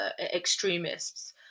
extremists